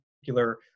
particular